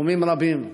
בתחומים רבים.